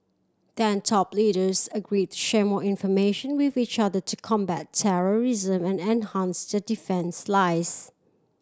then top leaders agreed to share more information with each other to combat terrorism and enhance the defence lies